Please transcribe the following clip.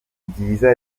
byiza